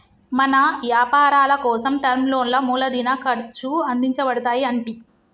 మన యపారాలకోసం టర్మ్ లోన్లా మూలదిన ఖర్చు అందించబడతాయి అంటి